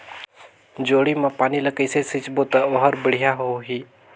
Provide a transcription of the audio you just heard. जोणी मा पानी ला कइसे सिंचबो ता ओहार बेडिया होही?